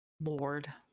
Lord